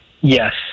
Yes